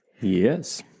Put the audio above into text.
yes